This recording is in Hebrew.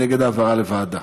נגד העברה לוועדה.